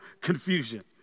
confusion